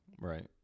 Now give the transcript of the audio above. Right